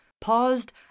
paused